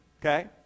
okay